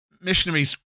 missionaries